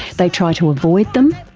they try to avoid them,